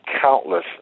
countless